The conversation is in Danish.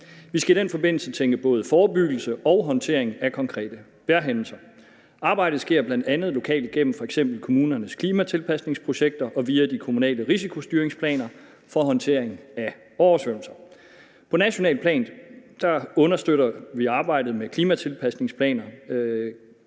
Vi skal i den forbindelse tænke både forebyggelse og håndtering af konkrete vejrhændelser. Arbejdet sker bl.a. lokalt igennem f.eks. kommunernes klimatilpasningsprojekter og via de kommunale risikostyringsplaner for håndtering af oversvømmelser. På nationalt plan understøtter arbejdet med klimatilpasningsplanerne